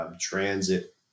transit